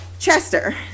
Chester